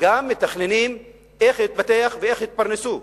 וגם מתכננים איך זה יתפתח ואיך יתפרנסו.